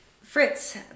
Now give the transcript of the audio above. Fritz